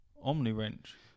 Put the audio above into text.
Omni-wrench